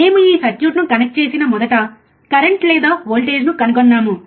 మేము ఈ సర్క్యూట్ను కనెక్ట్ చేసిన మొదట కరెంట్ లేదా వోల్టేజ్ను కనుగొన్నాము